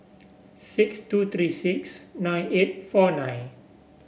six two three six nine eight four nine